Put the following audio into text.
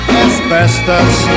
asbestos